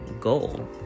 goal